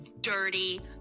dirty